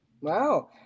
Wow